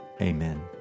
Amen